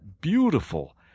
beautiful